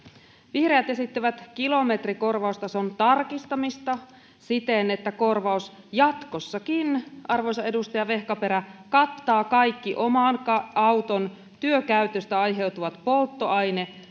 vihreät esittävät kilometrikorvaustason tarkistamista siten että korvaus jatkossakin arvoisa edustaja vehkaperä kattaa kaikki oman auton työkäytöstä aiheutuvat polttoaine